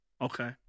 Okay